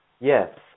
Yes